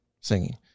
singing